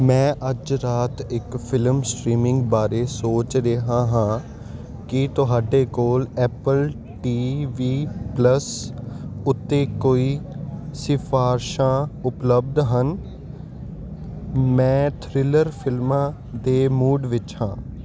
ਮੈਂ ਅੱਜ ਰਾਤ ਇੱਕ ਫਿਲਮ ਸਟ੍ਰੀਮਿੰਗ ਬਾਰੇ ਸੋਚ ਰਿਹਾ ਹਾਂ ਕੀ ਤੁਹਾਡੇ ਕੋਲ ਐਪਲ ਟੀਵੀ ਪਲੱਸ ਉੱਤੇ ਕੋਈ ਸਿਫਾਰਸ਼ਾਂ ਉਪਲਬਧ ਹਨ ਮੈਂ ਥ੍ਰਿਲਰ ਫਿਲਮਾਂ ਦੇ ਮੂਡ ਵਿੱਚ ਹਾਂ